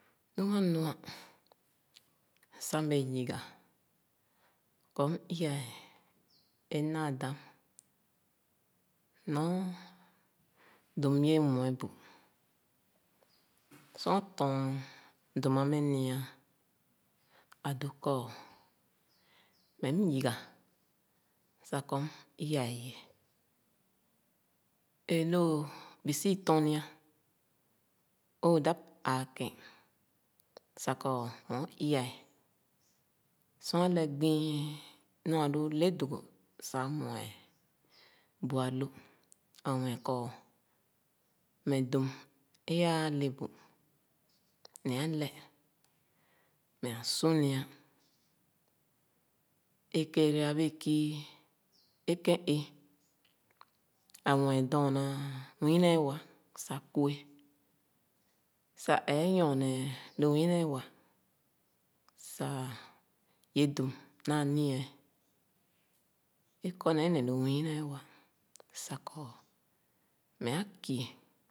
Nu anua sah mbēē yiga kɔ m’i-a é m’daa dam nɔ dum m’ye mue bu. Sor ā lɔ̄ɔ̄n dum ámeh ma ā, ādoo kɔ, meh m’yiga sah kɔ m’ i-a lé. E’lōōn bi sii tɔɔn ni’a, ōō dāb āā kēn sah meh ō i-a’e. Sor alɛ gbi ledogo sah mue bu ālo, a’mue kɔ meh dum ē a le bu neh alē me’a sunia, é kere abēē kii é ké éé, ā mue dɔɔna nwii-nweewa sah ku’e, sah ee nyorne lō nwii-neewa, sah ye dum naa nia’e, é kɔ nee neh lo nwii-neewa kɔ meh akii.